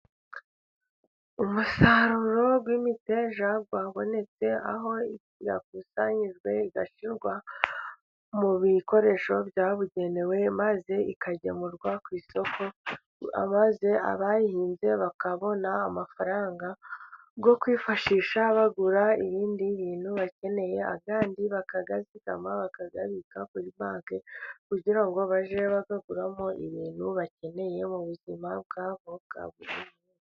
Umusaruro w'imiteja wabonetse, aho yakusanyijwe igashyirwa mu bikoresho byabugenewe, maze ikagemurwa ku isoko abayihinze bakabona amafaranga yo kwifashisha bagura ibindi bintu bakeneye, ayandi bakayazigama bakayabika kuri banki, kugira ngo bajye bayaguramo ibintu bakeneye mu buzima bwabo bwa buri munsi.